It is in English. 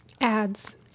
ads